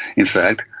in fact,